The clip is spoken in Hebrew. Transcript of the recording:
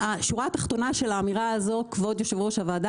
אני